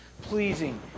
pleasing